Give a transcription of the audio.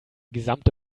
gesamte